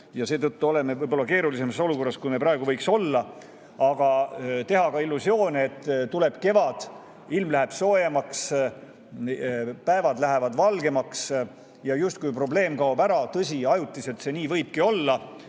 mistõttu oleme praegu võib-olla keerulisemas olukorras, kui me võiks olla. Aga teha illusioone, et tuleb kevad, ilm läheb soojemaks, päevad lähevad valgemaks ja justkui probleem kaob ära – tõsi, ajutiselt see nii võibki olla,